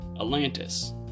Atlantis